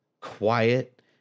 quiet